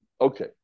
Okay